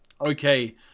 okay